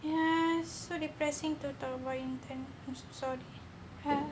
ya so depressing tu turbine intern so !huh!